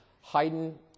Haydn